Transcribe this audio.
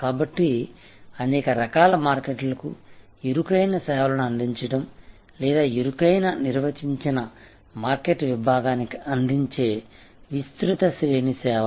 కాబట్టి అనేక రకాల మార్కెట్లకు ఇరుకైన సేవలను అందించడం లేదా ఇరుకైన నిర్వచించిన మార్కెట్ విభాగానికి అందించే విస్తృత శ్రేణి సేవలు